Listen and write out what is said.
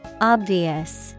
Obvious